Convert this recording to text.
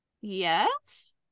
yes